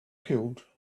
killed